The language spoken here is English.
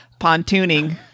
pontooning